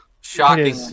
shocking